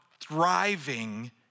thriving